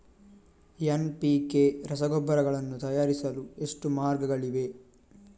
NPK ರಸಗೊಬ್ಬರಗಳನ್ನು ತಯಾರಿಸಲು ಎಷ್ಟು ಮಾರ್ಗಗಳಿವೆ?